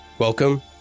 Welcome